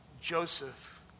Joseph